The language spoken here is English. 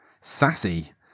sassy